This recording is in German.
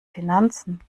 finanzen